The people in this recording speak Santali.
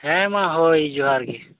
ᱦᱮᱸᱢᱟ ᱦᱳᱭ ᱡᱚᱦᱟᱨ ᱜᱮ